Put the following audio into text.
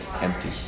empty